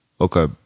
Okay